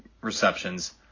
receptions